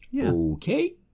Okay